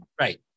Right